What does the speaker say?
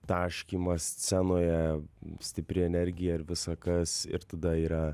taškymas scenoje stipri energija ir visa kas ir tada yra